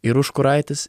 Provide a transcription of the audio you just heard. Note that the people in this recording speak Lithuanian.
ir užkuraitis